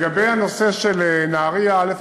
לגבי הנושא של נהריה, א.